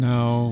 Now